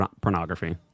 pornography